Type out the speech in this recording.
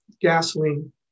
gasoline